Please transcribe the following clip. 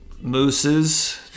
mooses